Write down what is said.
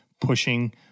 pushing